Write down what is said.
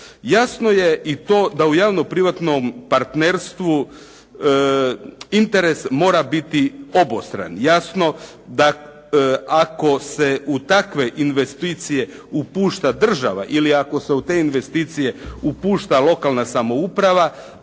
Jasno je i to da u javno-privatnom partnerstvu interes mora biti obostran. Jasno da ako se u takve investicije upušta država ili ako se u te investicije upušta lokalna samouprava,